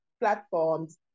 platforms